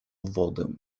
wodę